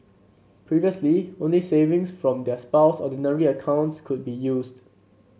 previously only savings from their spouse's Ordinary accounts could be used